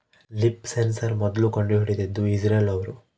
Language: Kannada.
ಲೀಫ್ ಸೆನ್ಸಾರ್ ಮೊದ್ಲು ಕಂಡು ಹಿಡಿದಿದ್ದು ಇಸ್ರೇಲ್ ಅವ್ರು